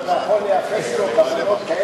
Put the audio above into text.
אני לא מכיר אף-בן אדם,